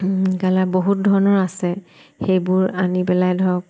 colour বহুত ধৰণৰ আছে সেইবোৰ আনি পেলাই ধৰক